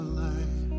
light